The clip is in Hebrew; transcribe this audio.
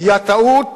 היא הטעות